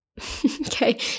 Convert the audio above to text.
Okay